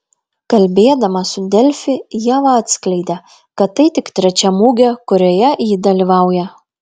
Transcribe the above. kalbėdama su delfi ieva atskleidė kad tai tik trečia mugė kurioje ji dalyvauja